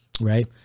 right